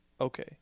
okay